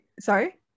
sorry